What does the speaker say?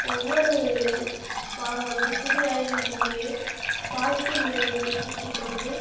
ஒவ்வொரு மாணவர்களும் சிறு வயதிலிருந்தே வாழ்க்கை முறையை கற்றுக்கொண்டு